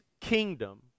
kingdom